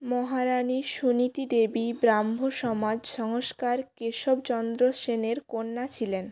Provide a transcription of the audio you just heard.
মহারানি সুনীতি দেবী ব্রাহ্ম সমাজ সংস্কার কেশবচন্দ্র সেনের কন্যা ছিলেন